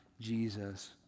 Jesus